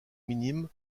minimes